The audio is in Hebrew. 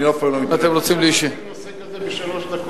איך אפשר להציג נושא כזה בשלוש דקות?